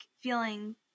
feeling